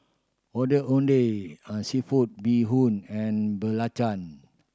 Ondeh Ondeh a seafood bee hoon and belacan